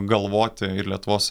galvoti ir lietuvos